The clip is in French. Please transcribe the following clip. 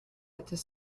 était